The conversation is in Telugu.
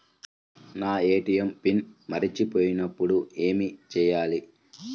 నా ఏ.టీ.ఎం పిన్ మరచిపోయినప్పుడు ఏమి చేయాలి?